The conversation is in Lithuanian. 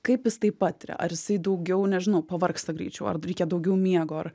kaip jis tai patiria ar jisai daugiau nežinau pavargsta greičiau ar reikia daugiau miego ar